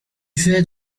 fait